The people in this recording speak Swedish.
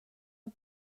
och